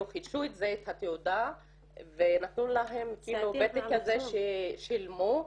חידשו את התעודה ונתנו להם פתק כזה ששילמו,